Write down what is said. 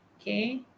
Okay